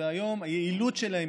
והיום היעילות שלהם,